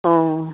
অঁ